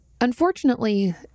Unfortunately